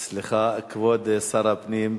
סליחה, כבוד שר הפנים,